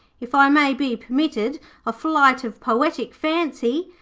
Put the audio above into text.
if i may be permitted a flight of poetic fancy,